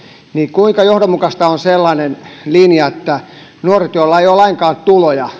kuinka johdonmukaista on sellainen linja että nuoret joilla ei ole lainkaan tuloja